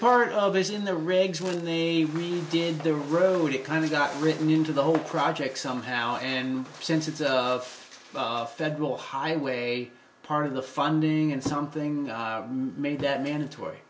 part of his in the rigs when they did the road it kind of got written into the whole project somehow and since it's of federal highway part of the funding and something made that mandatory